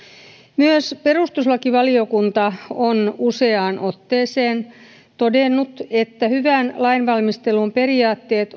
myös perustuslakivaliokunta on useaan otteeseen todennut että hyvän lainvalmistelun periaatteet